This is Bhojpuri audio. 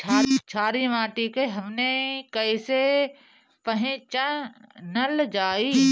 छारी माटी के हमनी के कैसे पहिचनल जाइ?